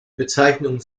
bezeichnung